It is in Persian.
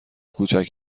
کوچک